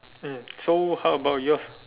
mm so how about yours